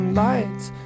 lights